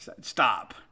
Stop